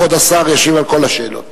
כבוד השר ישיב על כל השאלות.